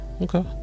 Okay